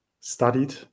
studied